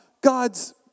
God's